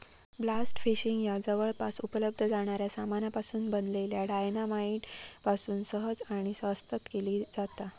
blast fishing ह्या जवळपास उपलब्ध जाणाऱ्या सामानापासून बनलल्या डायना माईट पासून सहज आणि स्वस्तात केली जाता